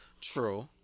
True